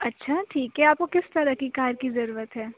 اچھا ٹھیک ہے آپ کو کس طرح کی کار کی ضرورت ہے